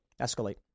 escalate